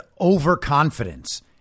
overconfidence